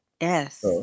Yes